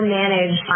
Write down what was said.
manage